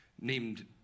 named